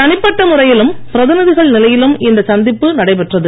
தனிப்பட்ட முறையிலும் பிரதிநிதிகள் நிலையிலும் இந்த சந்திப்பு நடைபெற்றது